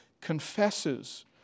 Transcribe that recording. confesses